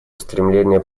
устремления